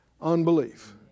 unbelief